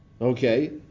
okay